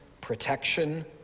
protection